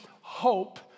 hope